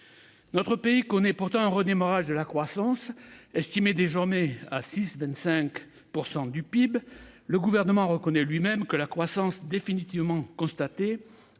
Notre pays connaît pourtant un redémarrage de sa croissance, qui est désormais évaluée à 6,25 % du PIB. Le Gouvernement reconnaît lui-même que la croissance définitivement constatée